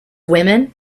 women